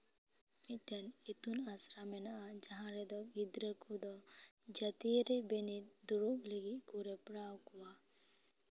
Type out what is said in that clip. ᱢᱤᱫᱴᱮᱱ ᱤᱛᱩᱱ ᱟᱥᱲᱟ ᱢᱮᱱᱟᱜᱼᱟ ᱡᱟᱦᱟᱸ ᱨᱮᱫᱚ ᱜᱤᱫᱽᱨᱟᱹ ᱠᱚᱫᱚ ᱡᱟᱹᱛᱤᱭᱟᱹᱨᱤ ᱵᱤᱱᱤᱰ ᱫᱩᱲᱩᱵ ᱞᱟᱹᱜᱤᱫ ᱠᱚ ᱡᱚᱯᱲᱟᱣ ᱠᱚᱣᱟ